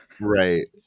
Right